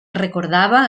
recordava